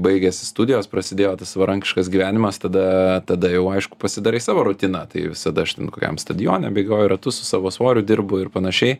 baigėsi studijos prasidėjo tas savarankiškas gyvenimas tada tada jau aišku pasidarai savo rutiną tai visada aš ten kokiam stadione bėgioju ratus su savo svoriu dirbo ir panašiai